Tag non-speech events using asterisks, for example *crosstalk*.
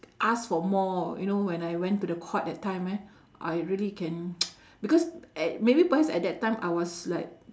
ask for more you know when I went to the court that time eh I really can *noise* because a~ maybe perhaps at that time I was like